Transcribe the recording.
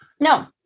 No